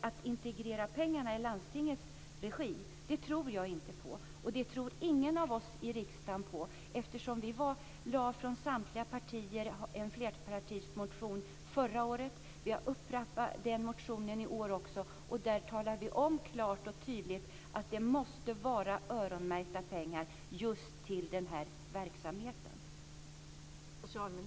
Att integrera pengarna i landstingens regi tror inte jag på, och det tror ingen av oss på i riksdagen. Vi väckte från samtliga partier en flerpartimotion förra året, och vi har upprepat den i år, där vi talar klart och tydligt om att det måste vara öronmärkta pengar just till den här verksamheten.